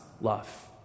love